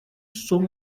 son